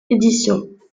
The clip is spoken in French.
édition